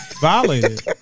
Violated